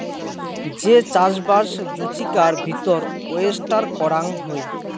যে চাষবাস জুচিকার ভিতর ওয়েস্টার করাং হই